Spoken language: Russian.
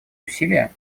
усилия